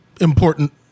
important